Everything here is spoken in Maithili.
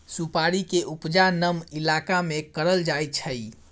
सुपारी के उपजा नम इलाका में करल जाइ छइ